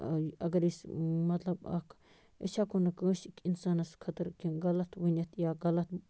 اگر أسۍ مطلب اَکھ أسۍ ہٮ۪کو نہٕ کٲنٛسہِ أکۍ اِنسانَس خٲطرٕ کیٚنٛہہ غلط ؤنِتھ یا غلط